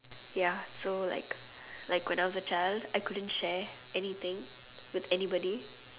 ya so like like when I was a child I couldn't share anything with anybody